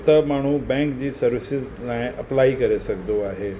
त माण्हू बैंक जी सर्विसिस लाइ अप्लाइ करे सघंदो आहे